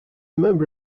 member